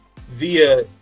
via